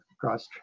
cross